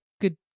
good